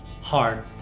hard